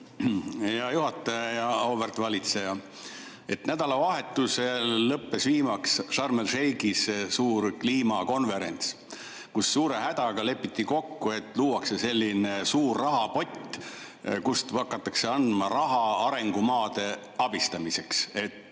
Hea juhataja! Auväärt valitseja! Nädalavahetusel lõppes viimaks Sharm el Sheikhis suur kliimakonverents, kus suure hädaga lepiti kokku, et luuakse suur rahapott, kust hakatakse andma raha arengumaade abistamiseks, et